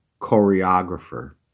choreographer